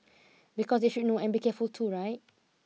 because they should know and be careful too right